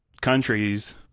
countries